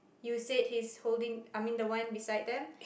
you said he's holding I mean the one beside them